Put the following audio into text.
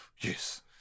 Yes